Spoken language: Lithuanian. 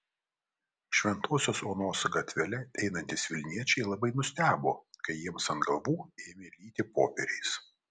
šventosios onos gatvele einantys vilniečiai labai nustebo kai jiems ant galvų ėmė lyti popieriais